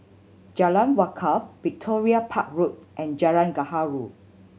Jalan Wakaff Victoria Park Road and Jalan Gaharu